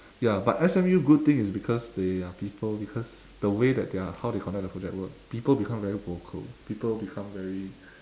ya but S_M_U good thing is because they are people because the way that they are how they connect the project work people become very vocal people become very